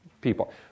people